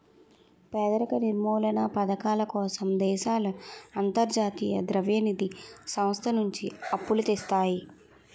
పేదరిక నిర్మూలనా పధకాల కోసం దేశాలు అంతర్జాతీయ ద్రవ్య నిధి సంస్థ నుంచి అప్పులు తెస్తాయి